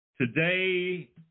Today